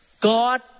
God